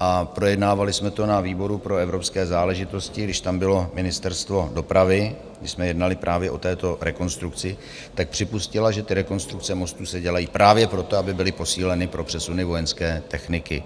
a projednávali jsme to na výboru pro evropské záležitosti, když tam bylo Ministerstvo dopravy, když jsme jednali právě o této rekonstrukci připustila, že ty rekonstrukce mostů se dělají právě proto, aby byly posíleny pro přesuny vojenské techniky.